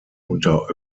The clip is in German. unter